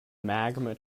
magma